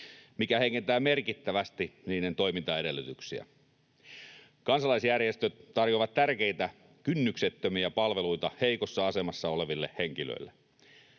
mikä heikentää merkittävästi niiden toimintaedellytyksiä. Kansalaisjärjestöt tarjoavat tärkeitä, kynnyksettömiä palveluita heikossa asemassa oleville henkilöille.